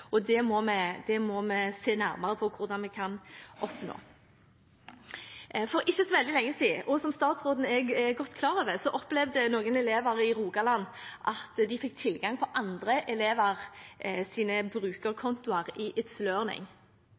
vi må se nærmere på hvordan vi kan oppnå det. For ikke veldig lenge siden, som statsråden er godt klar over, opplevde noen elever i Rogaland at de fikk tilgang til andre elevers brukerkontoer i